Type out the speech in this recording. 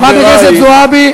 חברת הכנסת זועבי,